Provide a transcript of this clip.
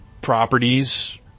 properties